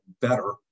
better